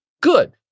good